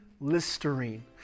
Listerine